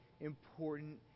important